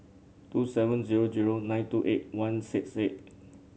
two seven zero zero nine two eight one six eight